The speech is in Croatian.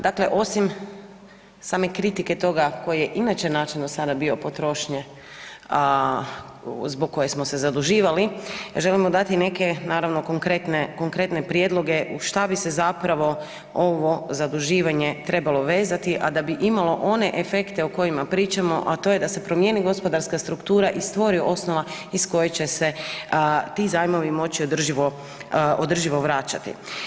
Dakle osim same kritike toga koji je inače način do sada bio potrošnje zbog koje smo se zaduživali, želimo dati neke naravno, konkretne prijedloge, u što bi se zapravo ovo zaduživanje trebalo vezati, a da bi imalo one efekte o kojima pričamo, a to je da se promijeni gospodarska struktura i stvori osnova iz koje će se ti zajmovi moći održivo vraćati.